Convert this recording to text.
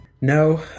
No